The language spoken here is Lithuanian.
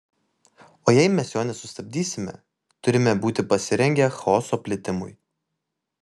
o jei mes jo nesustabdysime turime būti pasirengę chaoso plitimui